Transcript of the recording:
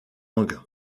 lang